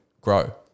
grow